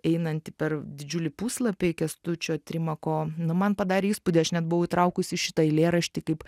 einanti per didžiulį puslapį kęstučio trimako nu man padarė įspūdį aš net buvau įtraukusi šitą eilėraštį kaip